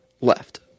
left